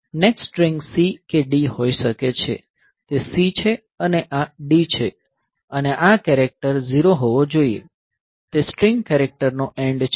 next string c કે d હોઈ શકે છે તે c છે અને આ d છે અને આ કેરેક્ટર 0 હોવો જોઈએ તે સ્ટ્રીંગ કેરેક્ટરનો એન્ડ છે